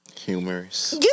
Humorous